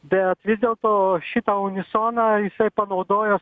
bet vis dėlto šitą unisoną jisai panaudojo